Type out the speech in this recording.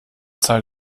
zeit